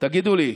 תגידו לי,